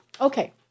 Okay